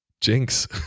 jinx